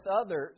others